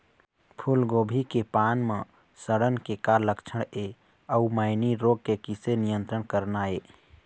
फूलगोभी के पान म सड़न के का लक्षण ये अऊ मैनी रोग के किसे नियंत्रण करना ये?